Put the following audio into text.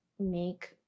make